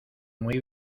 muy